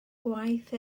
gwaith